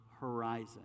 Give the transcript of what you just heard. horizon